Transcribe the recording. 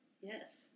yes